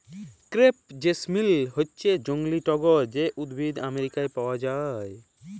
crepe jasmine হচ্যে জংলী টগর যে উদ্ভিদ আমেরিকায় পাওয়া যায়